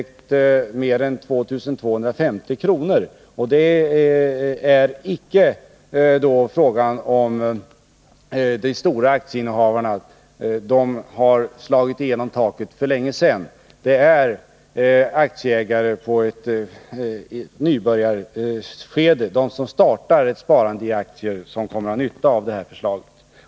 kommer att gynnas av förslaget. Det är alltså icke fråga om de stora aktieinnehavarna. De har slagit igenom taket för länge sedan. Det är de som startar ett sparande i aktier som kommer att ha nytta av förslaget.